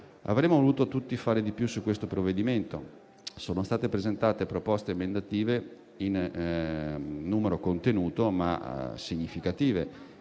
Avremmo voluto tutti fare di più su questo provvedimento. Sono state presentate proposte emendative in numero contenuto ma significative,